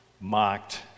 mocked